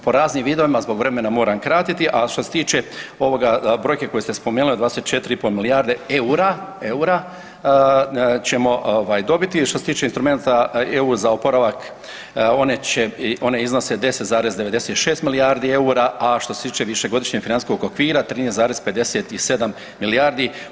Po raznim vidovima zbog vremena moram kratiti, a što se tiče brojke koje ste spomenuli 24 i pol milijarde eura ćemo dobiti što se tiče instrumenata EU za oporavak one iznose 10,96 milijardi eura, a što se tiče višegodišnjeg financijskog okvira 13,57 milijardi.